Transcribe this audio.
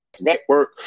Network